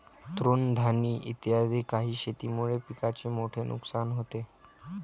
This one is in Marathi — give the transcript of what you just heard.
तृणधानी इत्यादी काही शेतीमुळे पिकाचे मोठे नुकसान होते